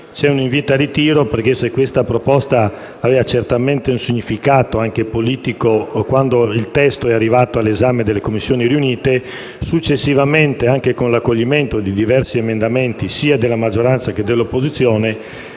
la senatrice Mussini. Se questa proposta aveva un significato, certamente anche politico, quando il testo è arrivato all'esame delle Commissioni riunite successivamente, anche con l'accoglimento di diversi emendamenti (sia della maggioranza che dell'opposizione)